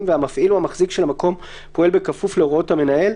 והמפעיל או המחזיק של המקום פועל בכפוף להוראות המנהל,